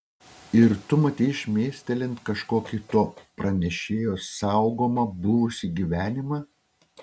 ir tu matei šmėstelint kažkokį to pranešėjo saugomą buvusį gyvenimą